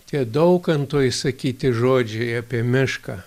tie daukanto išsakyti žodžiai apie mišką